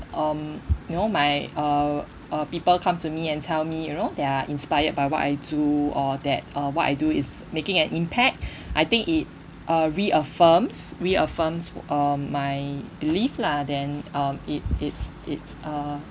um you know my uh uh people come to me and tell me you know they are inspired by what I do or that uh what I do is making an impact I think it uh reaffirms reaffirms um my belief lah then um it it's it's uh